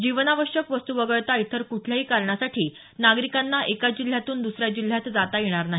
जीवनावश्यक वस्तू वगळता इतर कुठल्याही कारणासाठी नागरिकांना एका जिल्ह्यातून दुसऱ्या जिल्ह्यात जाता येणार नाही